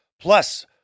Plus